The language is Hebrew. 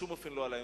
בשום אופן לא עלי.